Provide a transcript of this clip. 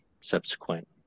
subsequent